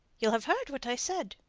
you'll have heard what i said.